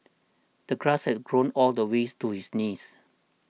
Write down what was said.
the grass had grown all the ways to his knees